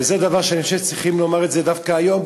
זה דבר שאני חושב שצריך לומר דווקא היום,